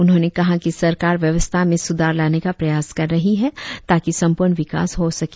उन्होंने कहा कि सरकार व्यवस्था में सुधार लाने का प्रयास कर रही है ताकि सम्पूर्ण विकास हो सके